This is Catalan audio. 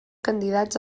candidats